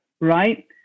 right